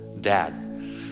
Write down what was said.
dad